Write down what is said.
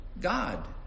God